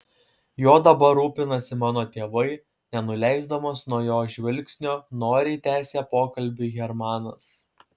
juo dabar rūpinasi mano tėvai nenuleisdamas nuo jos žvilgsnio noriai tęsė pokalbį hermanas